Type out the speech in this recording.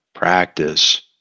practice